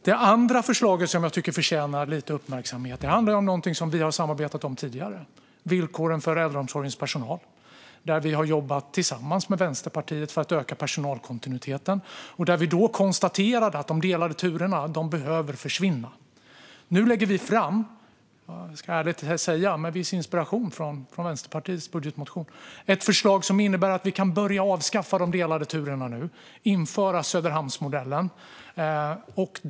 Det andra förslaget som jag tycker förtjänar lite uppmärksamhet handlar om någonting som vi har samarbetat om tidigare: villkoren för äldreomsorgens personal. Där har vi jobbat tillsammans med Vänsterpartiet för att öka personalkontinuiteten, och vi konstaterade att de delade turerna behöver försvinna. Nu lägger vi fram - jag ska ärligt säga att det är med viss inspiration från Vänsterpartiets budgetmotion - ett förslag som innebär att vi nu kan börja avskaffa de delade turerna och införa Söderhamnsmodellen.